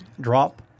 drop